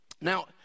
Now